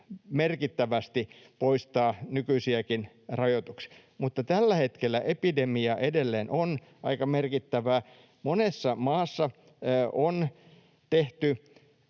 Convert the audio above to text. merkittävästi nykyisiäkin rajoituksia. Mutta tällä hetkellä epidemia edelleen on aika merkittävä. Monessa maassa on tehty